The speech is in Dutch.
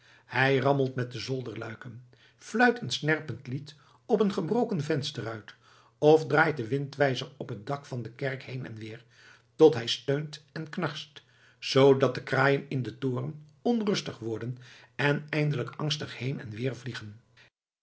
hij rammelt met de zolderluiken fluit een snerpend lied op een gebroken vensterruit of draait den windwijzer op het dak van de kerk heen en weer tot hij steunt en knarst zoodat de kraaien in den toren onrustig worden en eindelijk angstig heen en weer vliegen